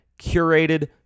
curated